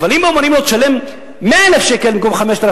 אבל אם אומרים לו: תשלם 100,000 שקל במקום 5,000,